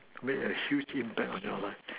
make a huge impact on your life